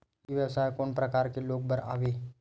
ई व्यवसाय कोन प्रकार के लोग बर आवे?